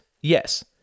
Yes